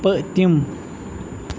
پٔتِم